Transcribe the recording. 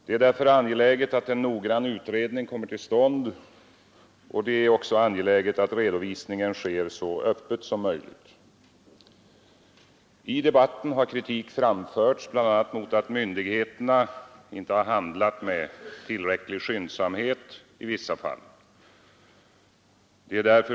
Det är därför angeläget att en noggrann utredning kommer till stånd och att redovisningen sker så öppet som möjligt. I debatten har kritik framförts bl.a. mot att myndigheterna inte handlat med tillräcklig skyndsamhet i vissa fall.